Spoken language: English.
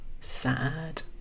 sad